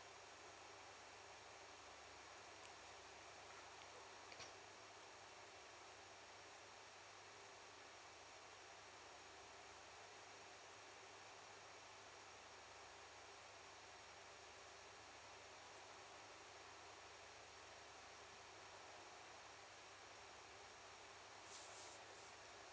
okay